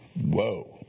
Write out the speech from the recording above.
Whoa